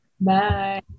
Bye